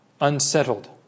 unsettled